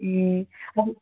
ए